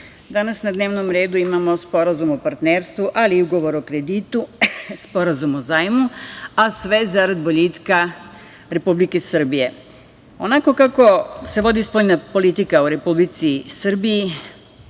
danas na dnevnom redu imamo Sporazum o partnerstvu, ali i Ugovor o kreditu, Sporazum o zajmu, a sve zarad boljitka Republike Srbije. Onako kako se vodi spoljna politika u Republici Srbiji